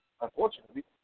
unfortunately